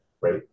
right